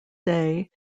day